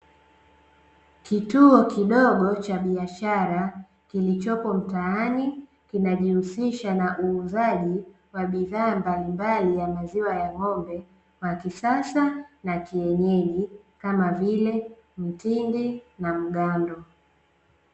Kituo kidogo cha biashara, kilichopo mtaani, kinajihusisha na uuzaji wa bidhaa mbalimbali ya maziwa ya ng'ombe wa kisasa na kienyeji, kama vile mtindi na mgando.